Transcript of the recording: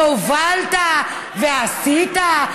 והובלת ועשית?